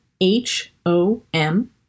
H-O-M